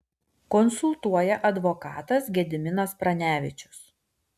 konsultuoja advokatas gediminas pranevičius